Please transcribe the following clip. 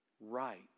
right